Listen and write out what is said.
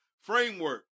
Framework